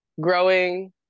growing